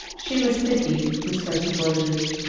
she was fifty, was sophie gordeloup,